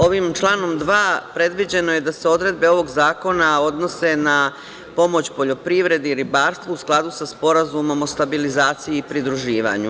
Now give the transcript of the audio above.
Ovim članom 2. predviđeno je da se odredbe ovog zakona odnose na pomoć poljoprivredi i ribarstvu, u skladu sa Sporazumom o stabilizaciji i pridruživanju.